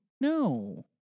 No